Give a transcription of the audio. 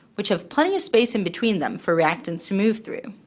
which have plenty space and between them for reactants to move through.